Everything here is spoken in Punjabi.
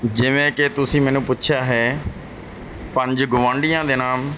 ਜਿਵੇਂ ਕਿ ਤੁਸੀਂ ਮੈਨੂੰ ਪੁੱਛਿਆ ਹੈ ਪੰਜ ਗਵਾਂਢੀਆਂ ਦੇ ਨਾਮ